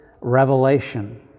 revelation